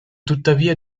tuttavia